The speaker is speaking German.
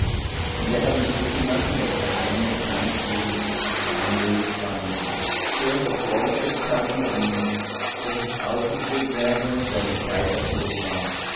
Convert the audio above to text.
und er hat uns wissen lassen das geheimnis sei nes willens nach seinem wohlgefallen so er sich vorgesetzt hatte in ihm daß es ausgeführt würde da die zeit erfüllet war